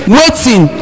waiting